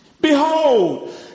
Behold